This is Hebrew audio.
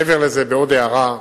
מעבר לזה, עוד הערה,